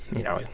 you know,